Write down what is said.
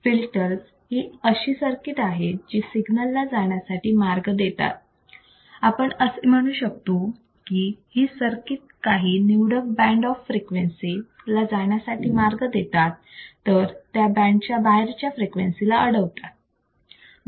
filters ही अशी circuits आहेत जी सिग्नलला जाण्यासाठी मार्ग देतात आपण असे म्हणू शकतो की हि सर्किट काही निवडक बंड ऑफ फ्रिक्वेन्सी ला जाण्यासाठी मार्ग देतात तर त्या बँड च्या बाहेरच्या फ्रिक्वेन्सी ला अडवतात